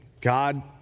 God